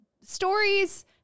stories